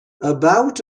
about